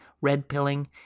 red-pilling